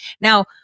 now